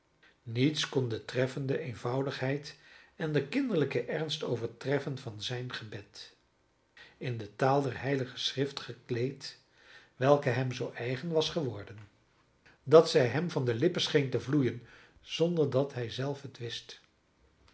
niets kon de treffende eenvoudigheid en den kinderlijken ernst overtreffen van zijn gebed in de taal der heilige schrift gekleed welke hem zoo eigen was geworden dat zij hem van de lippen scheen te vloeien zonder dat hij zelf het wist